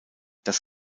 das